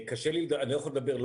אני לא יכול לדבר,